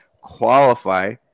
qualify